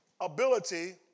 ability